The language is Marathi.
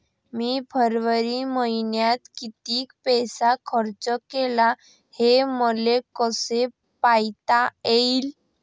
मी फरवरी मईन्यात कितीक पैसा खर्च केला, हे मले कसे पायता येईल?